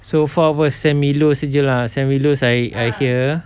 so far was sam willows jer ah sam willows I I hear